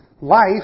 life